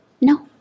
No